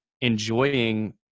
enjoying